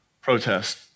protest